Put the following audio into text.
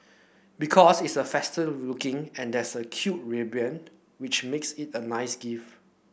because it's a festive looking and there's a cute ribbon which makes it a nice gift